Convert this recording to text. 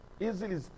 easily